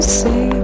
say